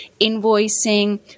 invoicing